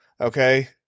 okay